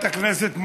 חבר הכנסת גליק,